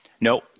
No